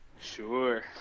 Sure